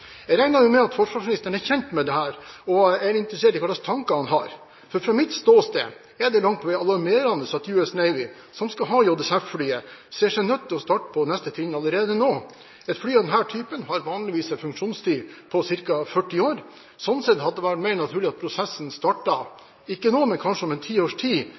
Jeg regner med at forsvarsministeren er kjent med dette, og jeg er interessert i hva slags tanker han har. For fra mitt ståsted er det langt på vei alarmerende at US Navy, som skal ha JSF-flyet, ser seg nødt til å starte på neste trinn allerede nå. Et fly av denne typen har vanligvis en funksjonstid på ca. 40 år. Slik sett hadde det vært mer naturlig at prosessen ikke startet nå, men kanskje om